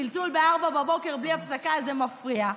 צלצול ב-04:00 בלי הפסקה זה מפריע,